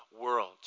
world